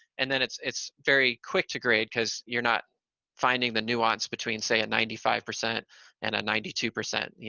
and then it's it's very quick to grade because you're not finding the nuance between say a ninety-five percent and a ninety two percent, you